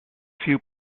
few